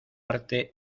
arte